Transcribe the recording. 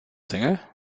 single